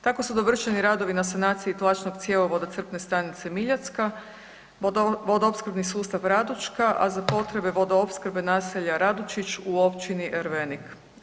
Tako su dovršeni radovi na sanaciji tlačnog cjevovoda crpne stanice Miljacka, vodoopskrbni sustav Radučka, a za potrebe vodoopskrbe naselja RAdučić u Općini Ervenik.